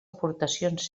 aportacions